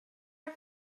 are